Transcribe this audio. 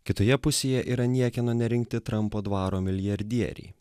kitoje pusėje yra niekieno nerinkti trampo dvaro milijardieriai